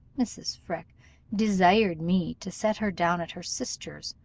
mrs. freke desired me to set her down at her sister's,